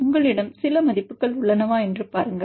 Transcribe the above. உங்களிடம் சில மதிப்புகள் உள்ளனவா என்று பாருங்கள்